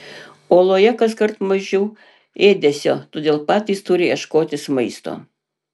oloje kaskart mažiau ėdesio todėl patys turi ieškotis maisto